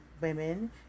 women